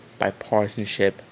bipartisanship